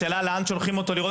השאלה לאן שולחים אותו לראות.